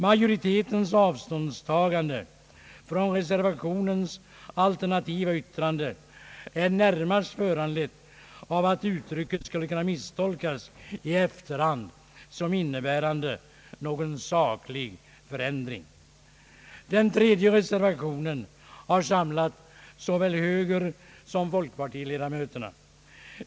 Majoritetens avståndstagande från reservationens alternativa yttrande är närmast föranlett av att uttrycket skulle kunna misstolkas i efterhand som innebärande någon saklig förändring. Den tredje reservationen har samlat såväl högersom folkpartiledamöterna.